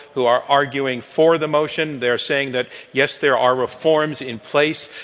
who are arguing for the motion. they're saying that, yes, there are reforms in place,